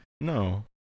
No